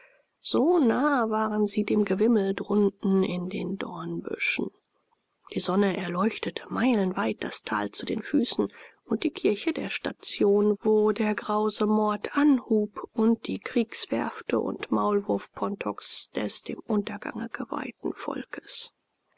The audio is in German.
so nahe waren sie dem gewimmel drunten in den dornbüschen die sonne erleuchtete meilenweit das tal zu den füßen und die kirche der station wo der grause mord anhub und die kriegswerfte und maulwurfpontoks des dem untergange geweihten volkes